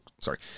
sorry